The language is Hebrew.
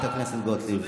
חברת הכנסת גוטליב.